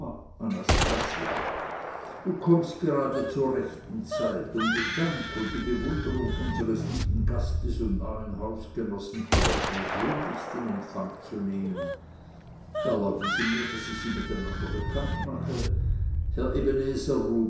du kommst gerade zu guter zeit um den dank und die bewunderung unseres lieben gastes und neuen hausgenossen allerpersönlichst in empfang zu nehmen erlauben sie mir daß ich sie mit einander bekannt mache